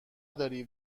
داری